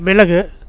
மிளகு